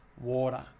water